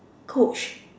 coach